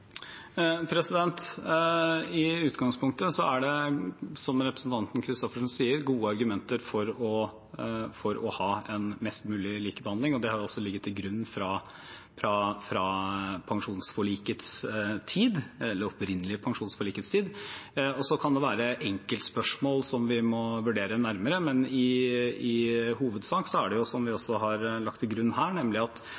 I utgangspunktet er det, som representanten Christoffersen sier, gode argumenter for å ha mest mulig likebehandling, og det har også ligget til grunn fra det opprinnelige pensjonsforlikets tid. Så kan det være enkeltspørsmål som vi må vurdere nærmere, men i hovedsak er det som vi også har lagt til grunn her, at